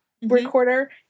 Recorder